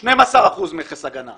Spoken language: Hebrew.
12 אחוזים מכס הגנה.